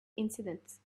incidents